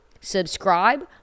subscribe